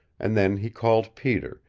and then he called peter,